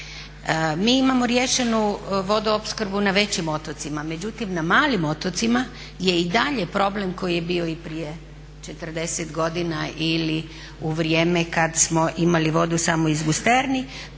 Mi imamo riješenu vodoopskrbu na većim otocima, međutim na malim otocima je i dalje problem koji je bio i prije 40 godina ili u vrijeme kad smo imali vodu samo iz gusterni,